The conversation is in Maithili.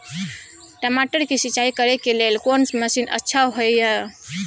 टमाटर के सिंचाई करे के लेल कोन मसीन अच्छा होय है